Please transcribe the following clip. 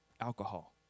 Alcohol